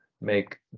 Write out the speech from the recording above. make